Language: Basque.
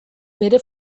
bere